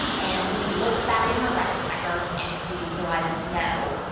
and so she looks back in her records and she realizes no,